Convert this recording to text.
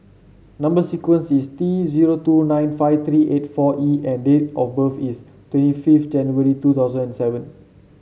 number sequence is T zero two nine five three eight four E and date of birth is twenty fifth January two thousand and seven